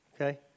okay